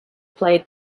played